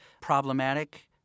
problematic